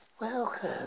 welcome